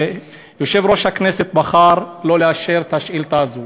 יושב-ראש הכנסת בחר לא לאשר את השאילתה הזאת.